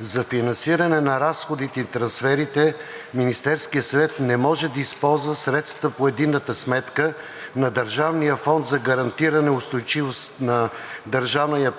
„За финансиране на разходите и трансферите Министерският съвет не може да използва средствата по единната сметка на Държавния фонд за гарантиране устойчивост на